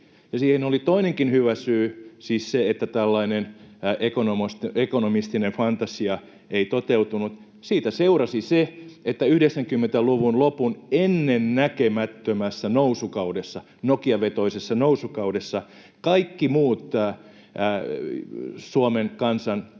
siihen oli toinenkin hyvä syy, että tällainen ekonomistinen fantasia ei toteutunut: siitä seurasi se, että 90-luvun lopun ennennäkemättömässä nousukaudessa, Nokia-vetoisessa nousukaudessa, kaikki muut Suomen kansan